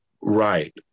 right